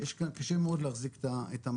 יש כאן, קשה מאוד להחזיק את המקל.